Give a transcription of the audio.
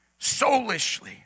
soulishly